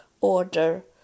order